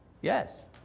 Yes